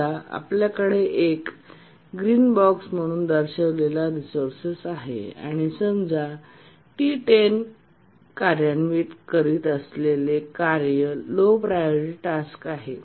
समजा आपल्याकडे येथे एक ग्रीन बॉक्स म्हणून दर्शविलेले रिसोर्सेस आहे आणि समजा T10 कार्यान्वित करीत असलेले कार्य लो प्रायोरिटी टास्क आहे